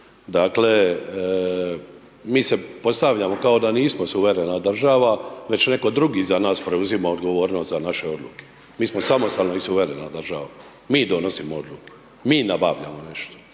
Dakle, mi se postavljamo kao da nismo suverena država već netko drugi za nas preuzima odgovornost za naše odluke. Mi smo samostalna i suverena država. Mi donosimo odluke. Mi nabavljamo nešto.